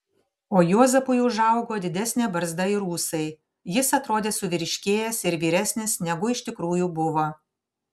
o juozapui užaugo didesnė barzda ir ūsai jis atrodė suvyriškėjęs ir vyresnis negu iš tikrųjų buvo